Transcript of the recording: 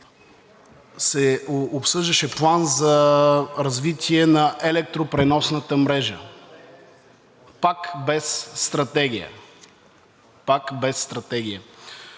се обсъждаше план за развитие на електропреносната мрежа – пак без стратегия, пак без стратегия.